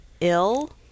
ill